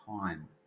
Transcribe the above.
time